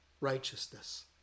righteousness